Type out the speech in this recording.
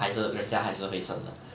还是人家还是会生的